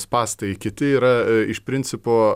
spąstai kiti yra iš principo